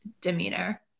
demeanor